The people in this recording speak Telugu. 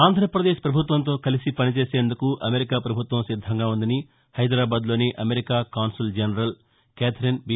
ఆంధ్రాప్రదేశ్ ప్రభుత్వంతో కలిసి పనిచేసేందుకు అమెరికా ప్రభుత్వం సిద్దంగా ఉందని హైదరాబాద్లోని America consul general Catherine be